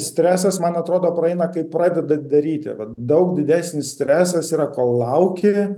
stresas man atrodo praeina kai pradeda daryti vat daug didesnis stresas yra kol lauki